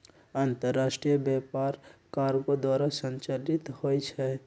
अंतरराष्ट्रीय व्यापार कार्गो द्वारा संचालित होइ छइ